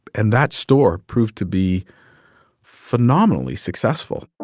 and that store proved to be phenomenally successful